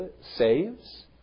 saves